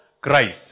Christ